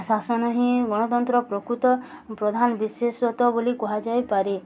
ଶାସନ ହିଁ ଗଣତନ୍ତ୍ର ପ୍ରକୃତ ପ୍ରଧାନ ବିଶେଷତ ବୋଲି କୁହାଯାଇ ପାରେ